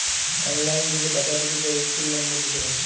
অললাইল যদি টাকা দিতে চায় ইক পিল লম্বর দিতে হ্যয়